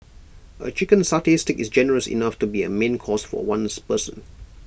A chicken satay Stick is generous enough to be A main course for one person